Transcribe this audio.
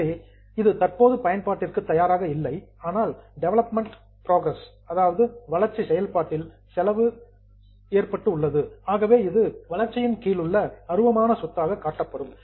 எனவே இது தற்போது பயன்பாட்டிற்கு தயாராக இல்லை ஆனால் டெவலப்மெண்ட் புரோசெஸ் வளர்ச்சி செயல்பாட்டில் செலவு இன்கர்டு ஏற்பட்டுள்ளது ஆகவே இது வளர்ச்சியின் கீழுள்ள அருவமான சொத்தாக காட்டப்படும்